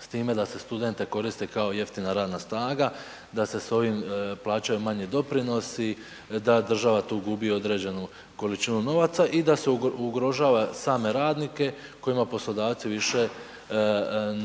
s time da se studente koristi kao jeftina radna snaga, da se s ovim plaćaju manje doprinosi, da država tu gubi određenu količinu novaca i da se ugrožava same radnike kojima poslodavci više